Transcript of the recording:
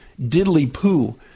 diddly-poo